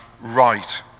right